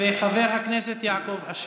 וחבר הכנסת יעקב אשר.